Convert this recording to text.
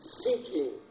seeking